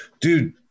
Dude